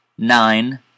Nine